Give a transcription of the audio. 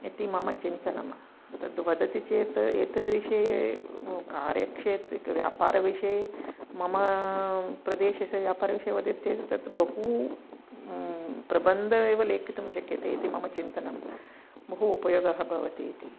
इति मम चिन्तनं तद्वदति चेत् एतद्विषये कार्यक्षेत् व्यापारविषये मम प्रदेशस्य व्यापरविषये चेत् तद् बहू प्रबन्धः एव लिखितुं शक्यते इति मम चिन्तनं बहु उपयोगः भवति इति